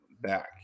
back